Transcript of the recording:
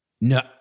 No